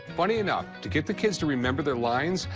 funny enough, to get the kids to remember their lines,